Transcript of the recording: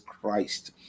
Christ